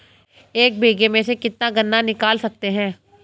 एक बीघे में से कितना गन्ना निकाल सकते हैं?